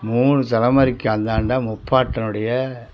மூணு தலைமுறைக்கு அந்தாண்ட முப்பாட்டனுடைய